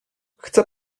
chcę